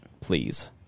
please